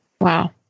Wow